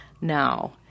now